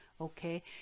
Okay